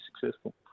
successful